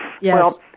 Yes